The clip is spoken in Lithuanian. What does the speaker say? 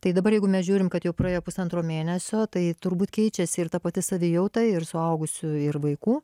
tai dabar jeigu mes žiūrim kad jau praėjo pusantro mėnesio tai turbūt keičiasi ir ta pati savijauta ir suaugusiųjų ir vaikų